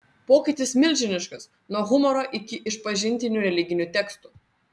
pokytis milžiniškas nuo humoro iki išpažintinių religinių tekstų